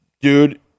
dude